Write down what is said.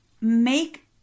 make